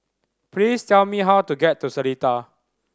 please tell me how to get to Seletar